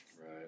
Right